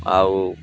ଆଉ